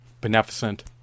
beneficent